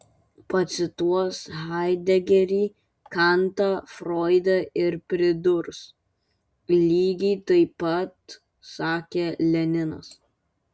pacituos haidegerį kantą froidą ir pridurs lygiai taip pat sakė leninas